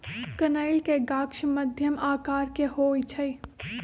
कनइल के गाछ मध्यम आकर के होइ छइ